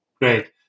Great